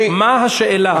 מה השאלה?